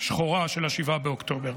שחורה של 7 באוקטובר.